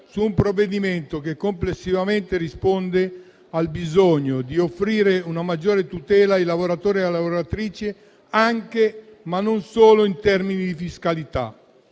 su un provvedimento che complessivamente risponde al bisogno di offrire una maggiore tutela ai lavoratori e alle lavoratrici, anche, ma non solo, in termini di fiscalità.